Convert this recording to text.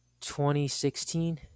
2016